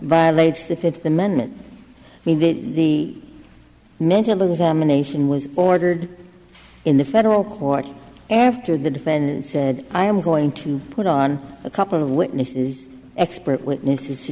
violates the fifth amendment when the mental examination was ordered in the federal court after the defendant said i am going to put on a couple of witnesses expert witness